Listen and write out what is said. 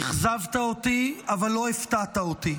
אכזבת אותי, אבל לא הפתעת אותי.